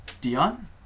Dion